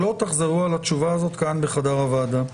שלא תחזרו על התשובה הזאת כאן בחדר הוועדה.